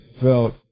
felt